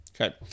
Okay